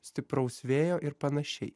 stipraus vėjo ir panašiai